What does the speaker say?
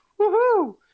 Woohoo